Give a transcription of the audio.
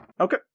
Okay